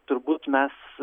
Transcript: turbūt mes